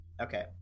Okay